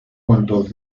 cuantos